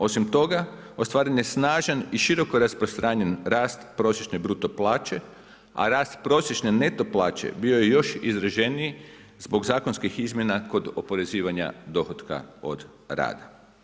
Osim toga, ostvaren je snažan i široko rasprostranjen rast prosječne bruto plaće, a rast prosječne neto plaće bio je još izraženiji zbog zakonskih izmjena kod oporezivanja dohotka od rada.